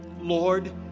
Lord